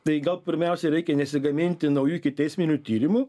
tai gal pirmiausia reikia nesigaminti naujų ikiteisminių tyrimų